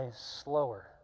slower